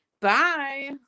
bye